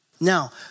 Now